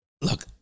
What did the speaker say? Look